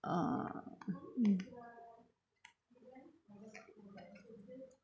uh mm